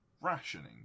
rationing